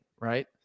Right